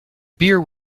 beer